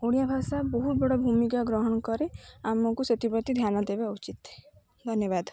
ଓଡ଼ିଆ ଭାଷା ବହୁତ ବଡ଼ ଭୂମିକା ଗ୍ରହଣ କରେ ଆମକୁ ସେଥିପ୍ରତି ଧ୍ୟାନ ଦେବା ଉଚିତ ଧନ୍ୟବାଦ